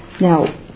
Now